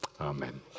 amen